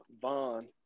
Vaughn